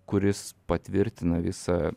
kuris patvirtina visą